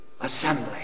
Assembly